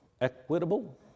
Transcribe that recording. Equitable